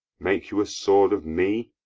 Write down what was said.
make you a sword of me?